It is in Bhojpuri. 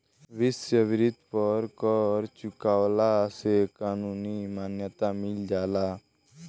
वेश्यावृत्ति पर कर चुकवला से कानूनी मान्यता मिल जाला